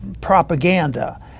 propaganda